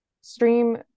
stream